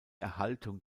erhaltung